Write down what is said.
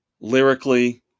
Lyrically